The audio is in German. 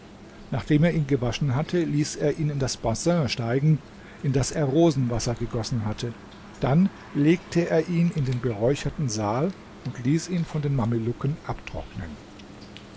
nachdem er ihn gewaschen hatte ließ er ihn in das bassin steigen in das er rosenwasser gegossen hatte dann legte er ihn in den beräucherten saal und ließ ihn von den mamelucken abtrocknen